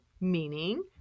meaning